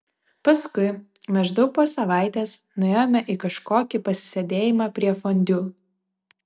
paskui maždaug po savaitės nuėjome į kažkokį pasisėdėjimą prie fondiu